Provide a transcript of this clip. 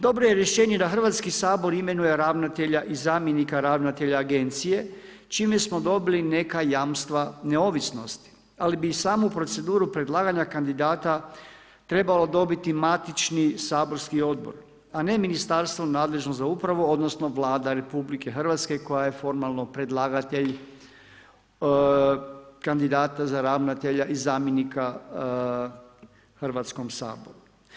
Dobro je rješenje da Hrvatski sabor imenuje ravnatelja i zamjenika ravnatelja agencije, čime smo dobila neka jamstva neovisnosti, ali bi i samu proceduru predlaganja kandidata trebalo dobiti matični saborski odbor, a ne ministarstvo nadležno za upravu odnosno Vlada RH koja je formalno predlagatelj kandidata za ravnatelja i zamjenika Hrvatskom saboru.